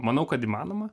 manau kad įmanoma